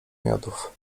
miodów